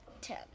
ten